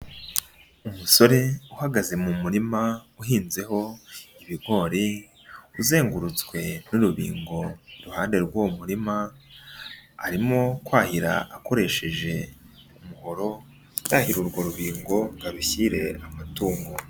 Umusore uhagaze mu murima uhinzeho ibigori uzengurutswe n'urubingo iruhande rw'uwo murima, arimo kwahira akoresheje umuhoro yahira urwo rubingo ngo arushyire amatungo.